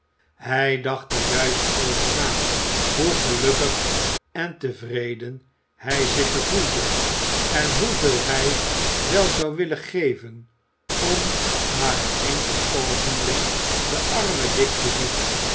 hij dacht er juist over na hoe gelukkig en tevreden hij zich gevoelde en hoeveel hij wel zou willen geven om maar een enkel oogenblik den armen dick te zien